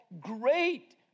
great